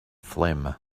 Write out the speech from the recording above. phlegm